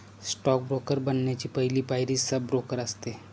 stock broker बनण्याची पहली पायरी सब ब्रोकर असते